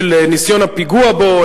של ניסיון הפיגוע בו,